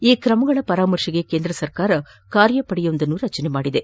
ಈ ಕ್ರಮಗಳ ಪರಾಮರ್ಶೆಗೆ ಕೇಂದ್ರ ಸರ್ಕಾರ ಕಾರ್ಯಪಡೆಯನ್ನು ರಚಿಸಿದೆ